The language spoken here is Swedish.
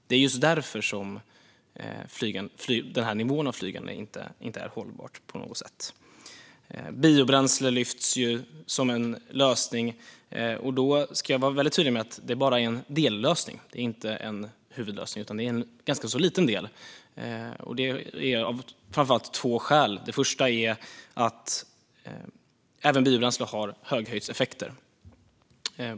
Det är just därför som den här nivån av flygande inte är hållbar på något sätt. Biobränsle lyfts fram som en lösning. Då ska jag vara väldigt tydlig med att det bara är en dellösning. Det är inte en huvudlösning, utan det är en ganska liten del, och det är av framför allt två skäl. Det första är att även biobränslena har höghöjdseffekter.